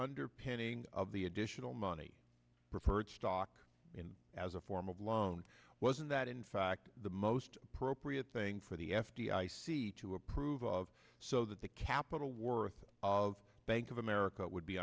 underpinning of the additional money preferred stock in as a form of loan wasn't that in fact the most appropriate thing for the f d i c to approve of so that the capital worth of bank of america would be